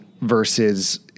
versus